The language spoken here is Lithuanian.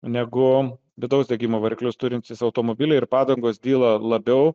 negu vidaus degimo variklius turintys automobiliai ir padangos dyla labiau